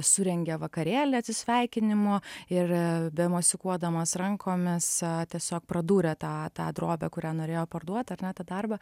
surengė vakarėlį atsisveikinimo ir bemosikuodamas rankomis tiesiog pradūrė tą tą drobę kurią norėjo parduot ar net darbą